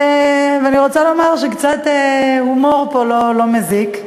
ואני רוצה לומר שקצת הומור פה לא מזיק,